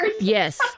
Yes